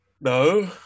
No